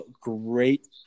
great